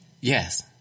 Yes